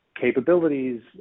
capabilities